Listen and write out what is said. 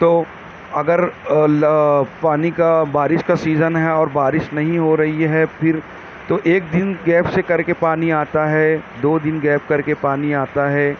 تو اگر پانی کا بارش کا سیزن ہے اور بارش نہیں ہو رہی ہے پھر تو ایک دن گیپ سے کر کے پانی آتا ہے دو دن گیپ کر کے پانی آتا ہے